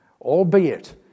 Albeit